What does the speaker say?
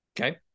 Okay